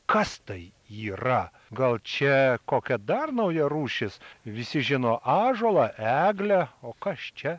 kas tai yra gal čia kokia dar nauja rūšis visi žino ąžuolą eglę o kas čia